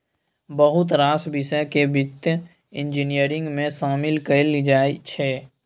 बहुत रास बिषय केँ बित्त इंजीनियरिंग मे शामिल कएल जाइ छै